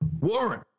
Warren